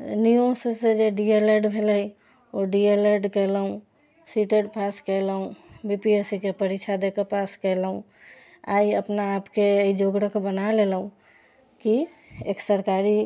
IGNOU सँ जे D L Ed भेलै ओ डी एल एड कयलहुँ सी टेक पास कयलहुँ के बी पी एस सी के परीक्षा देके पास कयलहुँ आइ अपना आपके एहि जोगर बना लेलहुँ की एक सरकारी